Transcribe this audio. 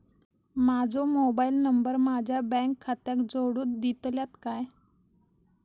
माजो mobile number माझ्या bank खात्याक जोडून दितल्यात काय?